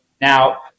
Now